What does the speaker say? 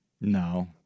No